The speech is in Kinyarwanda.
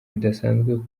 bidasanzwe